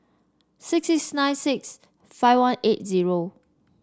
six six nine six five one eight zero